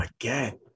again